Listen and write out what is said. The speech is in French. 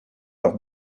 leur